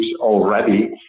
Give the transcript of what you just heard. already